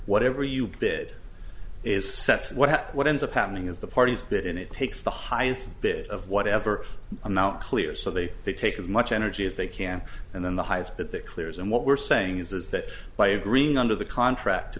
whatever you bid is sets what what ends up happening is the parties that and it takes the highest bit of whatever amount clear so they they take as much energy as they can and then the highs but that clears and what we're saying is that by a green under the contract to